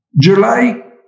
July